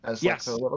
Yes